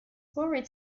forward